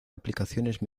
aplicaciones